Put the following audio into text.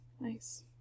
Nice